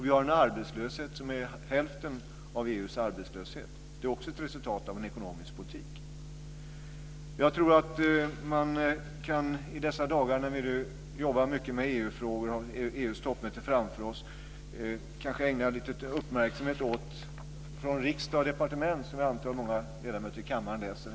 Vi har en arbetslöshet som är bara hälften så hög som EU:s. Även det är ett resultat av en ekonomisk politik. Jag tycker att vi i dessa dagar när vi jobbar mycket med EU-frågor och har EU:s toppmöte framför oss kan ägna lite uppmärksamhet åt tidskriften Från Riksdag & Departement, som jag antar att många ledamöter i kammaren läser.